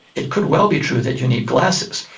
it could well be true that you need glasses.